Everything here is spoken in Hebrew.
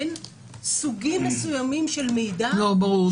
אין סוגים מסוימים של מידע --- ברור.